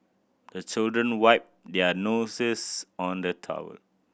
the children wipe their noses on the towel